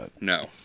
no